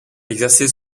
exercé